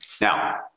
Now